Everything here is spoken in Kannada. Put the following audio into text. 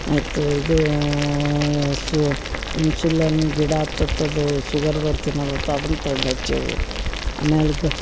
ಆಯಿತು ಇದು ಸು ಇನ್ಸುಲನ್ ಗಿಡ ಅತ್ತತ್ ಅದು ಶುಗರ್ದವ್ರು ತಿನ್ನೋದಾತು ಅದನ್ನು ತಂದು ಹಚ್ಚೇವು ಆಮೇಲ್